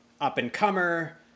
up-and-comer